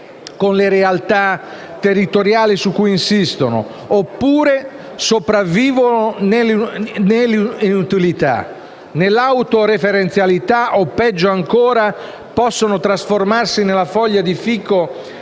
con le realtà territoriali su cui insistono, oppure sopravvivono nell’inutilità, nell’autoreferenzialità o, peggio ancora, possono trasformarsi nella foglia di fico